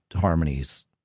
harmonies